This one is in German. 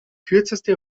kürzeste